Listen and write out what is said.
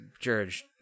George